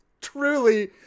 truly